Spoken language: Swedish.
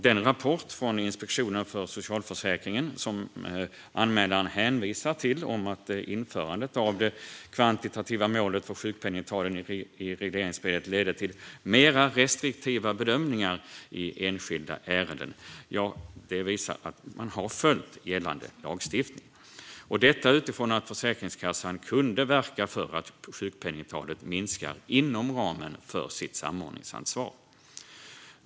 Den rapport från Inspektionen för socialförsäkringen som anmälaren hänvisar till om att införandet av det kvantitativa målet för sjukpenningtalet i regleringsbrevet ledde till mer restriktiva bedömningar i enskilda ärenden visar att man har följt gällande lagstiftning - detta utifrån att Försäkringskassan kunde verka för att sjukpenningtalet minskar inom ramen för sitt samordningsansvar.